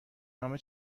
نامه